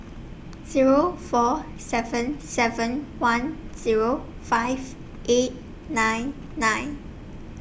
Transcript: Zero four seven seven one Zero five eight nine nine